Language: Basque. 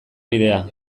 bidea